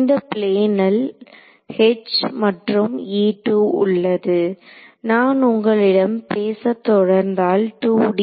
இந்த பிளேனில் H மற்றும் உள்ளது நான் உங்களிடம் பேச தொடர்ந்தால் 2D